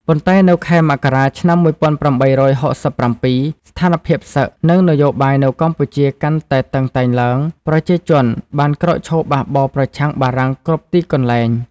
ប៉ុន្តែនៅខែមករា ឆ្នាំ ១៨៦៧ ស្ថានភាពសឹក និងនយោបាយនៅកម្ពុជាកាន់តែតឹងតែងឡើង ប្រជាជនបានក្រោកឈរបះបោរប្រឆាំងបារាំងគ្រប់ទីកន្លែង។